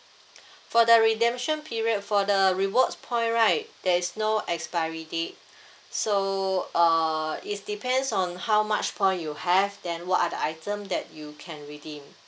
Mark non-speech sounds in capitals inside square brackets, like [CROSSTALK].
[BREATH] for the redemption period for the rewards point right there is no expiry date [BREATH] so uh it's depends on how much point you have then what are the item that you can redeem